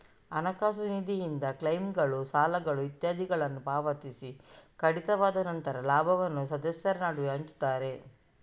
ಹಣಕಾಸು ನಿಧಿಯಿಂದ ಕ್ಲೈಮ್ಗಳು, ಸಾಲಗಳು ಇತ್ಯಾದಿಗಳನ್ನ ಪಾವತಿಸಿ ಕಡಿತದ ನಂತರ ಲಾಭವನ್ನ ಸದಸ್ಯರ ನಡುವೆ ಹಂಚ್ತಾರೆ